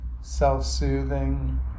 self-soothing